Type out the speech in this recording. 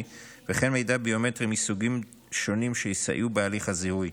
וכן מידע ביומטרי מסוגים שונים שיסייעו בתהליך הזיהוי.